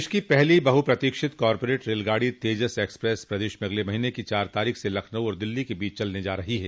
देश की पहली बहुप्रतीक्षित कार्पोरेट रेलगाड़ी तेजस एक्सप्रेस प्रदेश में अगले महीने की चार तारीख से लखनऊ और दिल्ली के बीच चलने जा रही है